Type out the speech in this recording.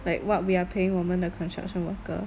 like what we are paying 我们的 construction worker